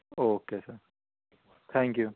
okay sir thank you